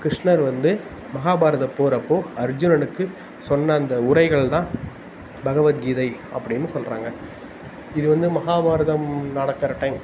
கிருஷ்ணர் வந்து மஹாபாரத போர் அப்போ அர்ஜுனனுக்கு சொன்ன அந்த உரைகள் தான் பகவத்கீதை அப்படின்னு சொல்லுறாங்க இது வந்து மஹாபாரதம் நடக்கிற டைம்